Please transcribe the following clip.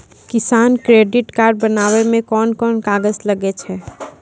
किसान credit card बनाबै मे कोन कोन कागज लागै छै?